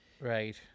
Right